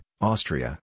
Austria